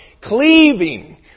cleaving